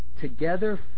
together